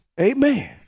Amen